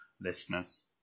listeners